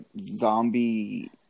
zombie